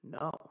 No